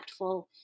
impactful